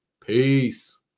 Peace